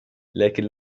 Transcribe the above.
لكن